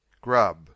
Grub